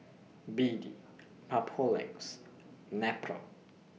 B D Papulex Nepro